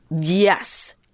Yes